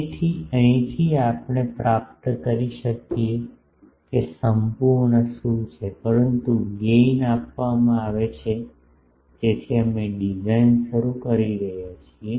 તેથી અહીંથી આપણે પ્રાપ્ત કરી શકીએ કે સંપૂર્ણ શું છે પરંતુ ગેઇન આપવામાં આવે છે તેથી અમે ડિઝાઇન શરૂ કરી રહ્યા છીએ